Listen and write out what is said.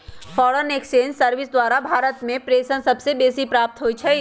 foreign exchange service द्वारा भारत में प्रेषण सबसे बेसी प्राप्त होई छै